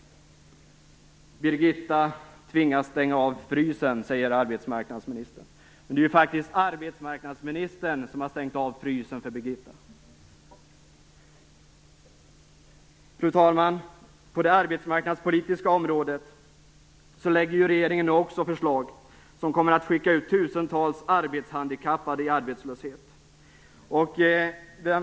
Birgitta tvingas stänga av frysen, sade arbetsmarknadsministern. Men det är ju faktiskt arbetsmarknadsministern som har stängt av frysen för Birgitta. Fru talman! På det arbetsmarknadspolitiska området lägger regeringen också fram förslag som kommer att skicka ut tusentals arbetshandikappade i arbetslöshet.